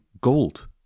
Gold